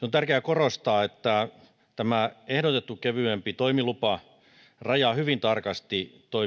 on tärkeää korostaa että tämä ehdotettu kevyempi toimilupa rajaa hyvin tarkasti